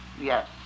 yes